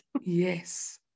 Yes